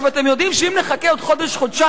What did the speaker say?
אתם יודעים שאם נחכה עוד חודש-חודשיים